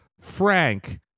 Frank